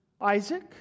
Isaac